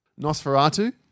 Nosferatu